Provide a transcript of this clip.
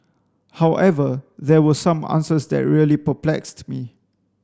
however there were some answers that really perplexed me